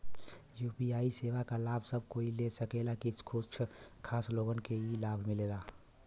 UPI सेवा क लाभ सब कोई ले सकेला की कुछ खास लोगन के ई लाभ मिलेला?